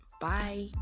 bye